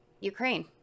Ukraine